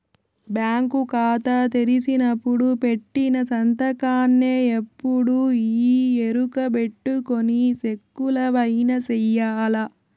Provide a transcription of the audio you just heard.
bank కాతా తెరిసినపుడు పెట్టిన సంతకాన్నే ఎప్పుడూ ఈ ఎరుకబెట్టుకొని సెక్కులవైన సెయ్యాల